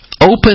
Open